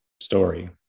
story